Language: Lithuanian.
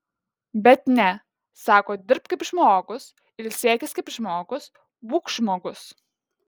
bet ne sako dirbk kaip žmogus ilsėkis kaip žmogus būk žmogus